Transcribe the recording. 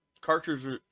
Cartridges